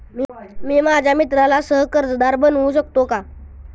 मी माझ्या मित्राला सह कर्जदार बनवू शकतो का?